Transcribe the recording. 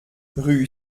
rue